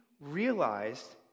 realized